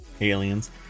Aliens